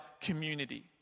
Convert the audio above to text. community